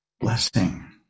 blessing